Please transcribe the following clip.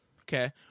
okay